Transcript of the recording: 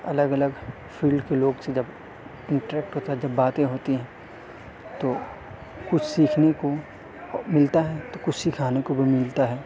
الگ الگ فیلڈ کے لوگ سے جب انٹریکٹ ہوتا ہے جب باتیں ہوتی ہیں تو کچھ سیکھنے کو ملتا ہے تو کچھ سکھانے کو بھی ملتا ہے